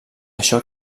això